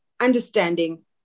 understanding